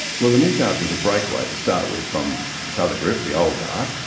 well, the new guard was a breakaway, to start with, from this other group, the old guard.